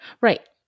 Right